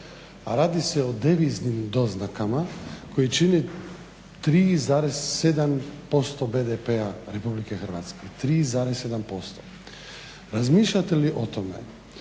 Radi se o deviznim doznaka koje čine 3,7% BDP-a Republike Hrvatske. Razmišljate li o tome